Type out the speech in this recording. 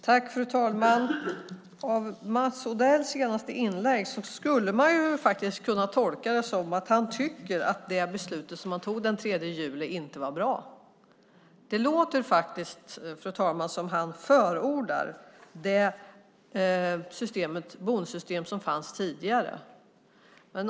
Fru talman! Av Mats Odells senaste inlägg skulle man kunna tolka det som att han tycker att det beslut han fattade den 3 juli inte var bra. Det låter faktiskt, fru talman, som om han förordar det bonussystem som fanns tidigare.